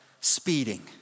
Speeding